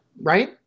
Right